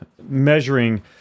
measuring